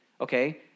Okay